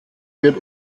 wird